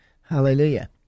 Hallelujah